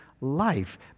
life